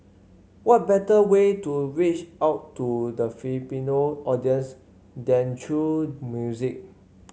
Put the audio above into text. what better way to reach out to the Filipino audience than through music